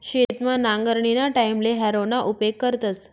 शेतमा नांगरणीना टाईमले हॅरोना उपेग करतस